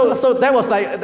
ah so, that was like,